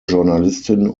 journalistin